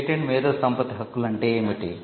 patent మేధోసంపత్తి హక్కులు అంటే ఏమిటి